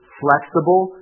flexible